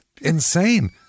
insane